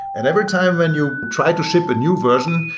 and every time when you try to ship a new version,